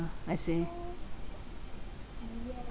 I see